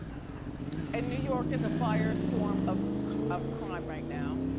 and new york is a firestorm of of crime right now.